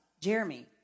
Jeremy